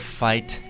fight